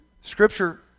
Scripture